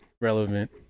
relevant